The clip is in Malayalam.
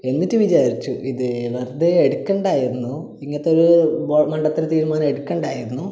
എന്നിട്ട് വിചാരിച്ചു ഇത് വെറുതെ എടുക്കണ്ടായിരുന്നു ഇങ്ങനത്തൊരു വാ മണ്ടത്തര തീരുമാനം എടുക്കണ്ടായിരുന്നു